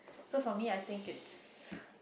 so for me I think it's